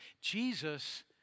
Jesus